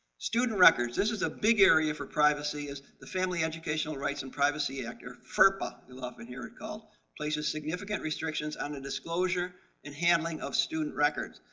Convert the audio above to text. student records this is a big area for privacy, as the family educational rights and privacy act or ferpa you'll often hear it called places significant restrictions on a disclosure and handling of student records.